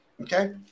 Okay